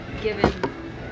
given